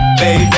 baby